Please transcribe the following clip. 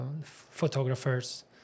photographers